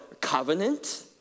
covenant